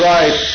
Right